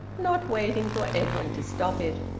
not waiting for edwin to stop it.